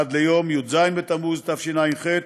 עד ליום י"ז בתמוז תשע"ח,